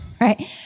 Right